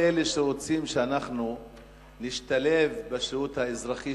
כל אלה שרוצים שאנחנו נשתלב בשירות האזרחי,